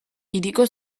hiriko